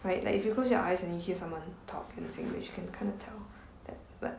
right like if you close your eyes and you hear someone talk in singlish can kind of tell that like